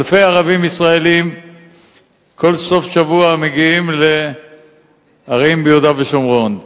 אלפי ערבים ישראלים כל סוף שבוע מגיעים לערים ביהודה ושומרון.